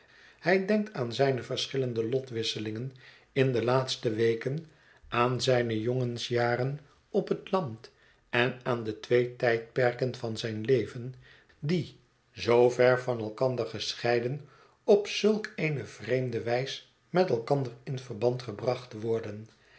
hij denkt aan zijne verschillende lotwisselingen in de laatste weken aan zijne jongensjaren op het land en aan de twee tijdperken van zijn leven die zoo ver van elkander gescheiden op zulk eene vreemde wijs met elkander in verband gebracht worden